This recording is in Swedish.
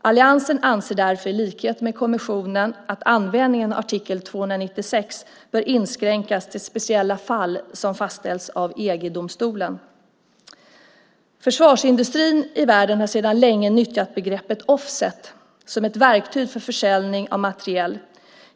Alliansen anser därför i likhet med kommissionen att användningen av artikel 296 bör inskränkas till speciella fall som fastställts av EG-domstolen. Försvarsindustrin i världen har sedan länge nyttjat begreppet "offset" som ett verktyg för försäljning av materiel.